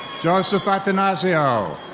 joseph attanasio.